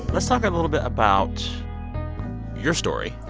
let's talk a little bit about your story.